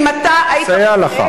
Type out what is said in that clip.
כי אם אתה היית רוצה,